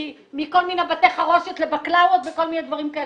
מכל מיני בתי חרושת לבקלאוות וכל מיני דברים כאלה.